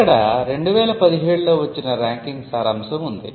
ఇక్కడ 2017 లో వచ్చిన ర్యాంకింగ్ సారాంశం ఉంది